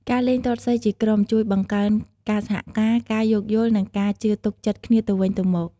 ការលេងទាត់សីជាក្រុម ជួយបង្កើន ការសហការ ការយោគយល់ និងការជឿទុកចិត្តគ្នាទៅវិញទៅមក។